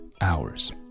hours